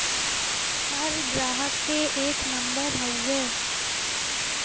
हर ग्राहक के एक नम्बर हउवे